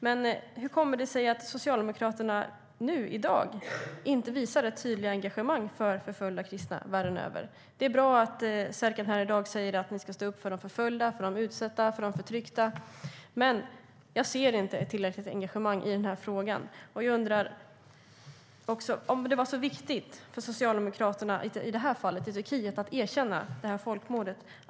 Men hur kommer det sig att Socialdemokraterna nu, i dag, inte visar ett tydligare engagemang för förföljda kristna världen över? Det är bra att Serkan här i dag säger att ni ska stå upp för de förföljda, för de utsatta, för de förtryckta, men jag ser inte ett tillräckligt engagemang i den här frågan. Jag undrar också: Det var viktigt för Socialdemokraterna att erkänna folkmordet i det här fallet, i Turkiet.